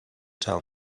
tell